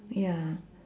ya